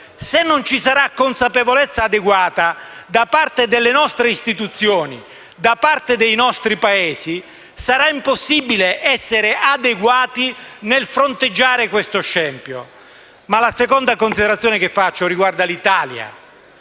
Se non ci sarà consapevolezza adeguata da parte delle nostre istituzioni e dei nostri Paesi, sarà impossibile essere adeguati nel fronteggiare questo scempio. Tuttavia, la seconda considerazione riguarda l'Italia,